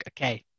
Okay